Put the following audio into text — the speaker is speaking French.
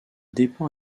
dépend